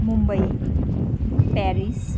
Mumbai Paris